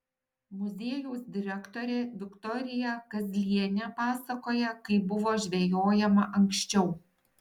muziejaus direktorė viktorija kazlienė pasakoja kaip buvo žvejojama anksčiau